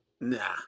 nah